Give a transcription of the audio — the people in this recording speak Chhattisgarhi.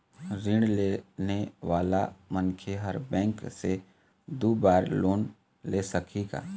ऋण लेने वाला मनखे हर बैंक से दो बार लोन ले सकही का?